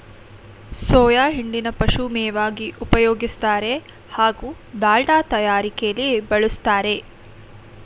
soya ಹಿಂಡಿನ ಪಶುಮೇವಾಗಿ ಉಪಯೋಗಿಸ್ತಾರೆ ಹಾಗೂ ದಾಲ್ಡ ತಯಾರಿಕೆಲಿ ಬಳುಸ್ತಾರೆ